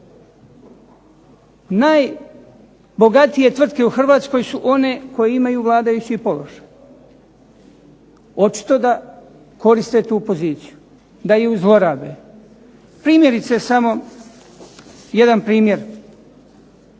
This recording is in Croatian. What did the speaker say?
Najbogatije tvrtke u Hrvatskoj su one koje imaju vladajući položaj. Očito da koriste tu poziciju, da ju zlorabe. Primjerice samo jedan primjer,